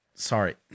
Sorry